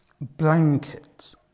blanket